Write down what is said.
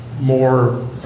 more